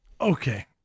Okay